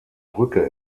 brücke